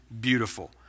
beautiful